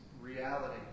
reality